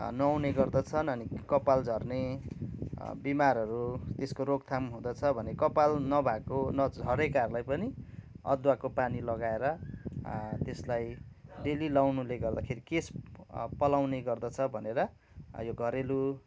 नुहाउने गर्दछन् अनि कपाल झर्ने बिमारहरू यसको रोकथाम हुँदछ भने कपाल नभएको न झरेकाहरूलाई पनि अदुवाको पानी लगाएर त्यसलाई डेली लगाउनु गर्दाखेरि केश पलाउने गर्दछ भनेर यो घरेलु